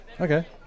Okay